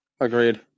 agreed